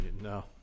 No